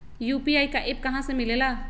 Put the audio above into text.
UPI का app कहा से मिलेला?